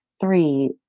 three